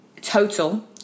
total